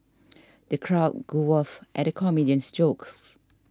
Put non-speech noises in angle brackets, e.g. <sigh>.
the crowd <unintelligible> at the comedian's jokes